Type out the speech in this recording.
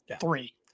three